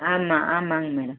ஆமாம் ஆமாம்ங்க மேடம்